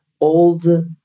old